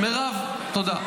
מירב, תודה.